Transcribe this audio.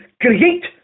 create